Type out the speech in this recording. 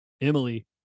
Emily